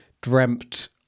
dreamt